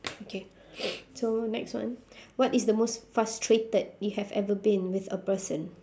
okay so next one what is the most frustrated you have ever been with a person